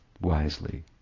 wisely